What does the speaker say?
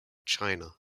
china